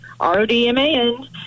r-o-d-m-a-n